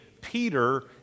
Peter